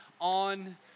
on